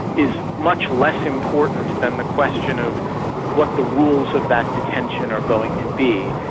is much less important than the question of what the rules of that detention are going to be.